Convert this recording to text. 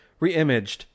Reimaged